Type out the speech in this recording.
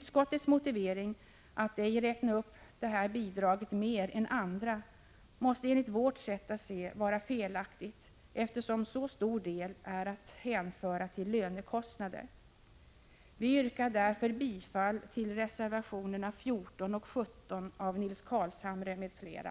Utskottets motivering för att ej räkna upp detta bidrag mer än andra måste enligt vårt sätt att se vara felaktig, eftersom så stor del är att hänföra till lönekostnader. Vi yrkar därför bifall till reservationerna 14 och 17 av Nils Carlshamre m.fl.